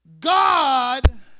God